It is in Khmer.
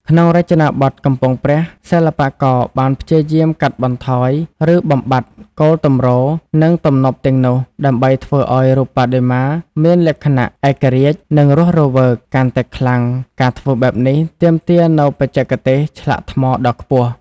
ក្នុងរចនាបថកំពង់ព្រះ សិល្បករបានព្យាយាម កាត់បន្ថយ ឬបំបាត់ គោលទម្រ និងទំនប់ទាំងនោះ ដើម្បីធ្វើឱ្យរូបបដិមាមានលក្ខណៈ ឯករាជ្យ និងរស់រវើក កាន់តែខ្លាំង ការធ្វើបែបនេះទាមទារនូវបច្ចេកទេសឆ្លាក់ថ្មដ៏ខ្ពស់។